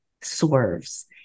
swerves